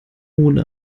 ohne